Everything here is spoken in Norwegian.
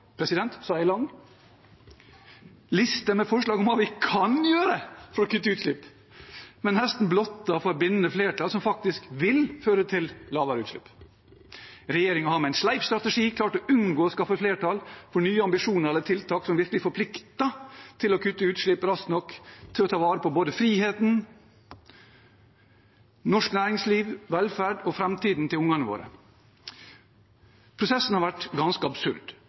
jeg «lang», president? – liste med forslag om hva vi kan gjøre for å kutte utslipp, men nesten blottet for bindende flertall som faktisk vil føre til lavere utslipp. Regjeringen har med en sleip strategi klart å unngå å skaffe flertall for nye ambisjoner eller tiltak som virkelig forplikter til å kutte utslipp raskt nok til å ta vare på både friheten, norsk næringsliv, velferd og framtiden til barna våre. Prosessen har vært ganske absurd.